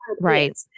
Right